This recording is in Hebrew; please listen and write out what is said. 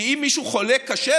כי אם מישהו חולה קשה,